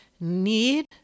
need